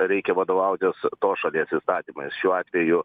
reikia vadovautis tos šalies įstatymais šiuo atveju